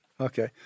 Okay